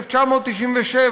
1997,